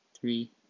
three